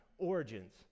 origins